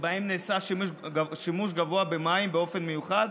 שבהם נעשה שימוש גבוה במים באופן מיוחד,